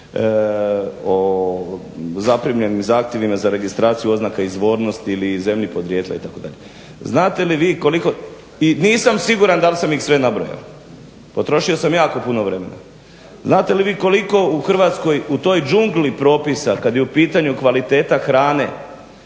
o zaprimljenim zahtjevima za registraciju oznaka izvornosti ili zemlji podrijetla itd. Znate li vi koliko, i nisam siguran da li sam ih sve nabrojao, potrošio sam jako puno vremena, znate li vi koliko u Hrvatskoj u toj džungli propisa kad je u pitanju kvaliteta hrane